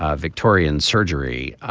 ah victorian surgery.